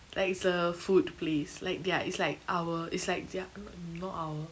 like it's a food place like their it's like our it's like their not our